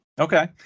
Okay